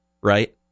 Right